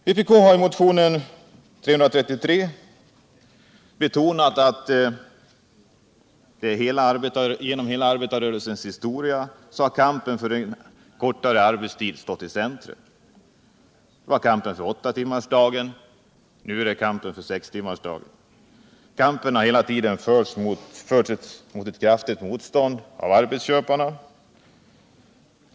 Vpk har i motionen 333 betonat att kampen för kortare arbetstid stått i centrum genom hela arbetarrörelsens historia. Tidigare var det kampen för åttatimmarsdag, nu är det kampen för sextimmarsdag. Kampen har hela tiden förts mot ett kraftigt motstånd från arbetsköparna.